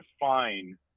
define